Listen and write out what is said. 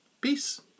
Peace